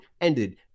ended